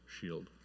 shield